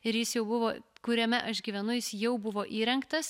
ir jis jau buvo kuriame aš gyvenu jis jau buvo įrengtas